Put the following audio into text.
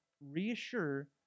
reassure